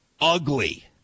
ugly